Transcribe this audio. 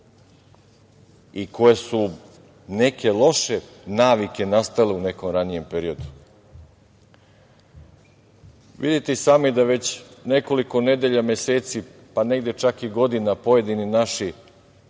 i koje su neke loše navike nastale u nekom ranijem periodu. Vidite i sami da već nekoliko nedelja, meseci, pa negde čak i godina, pojedini naši